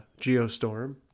Geostorm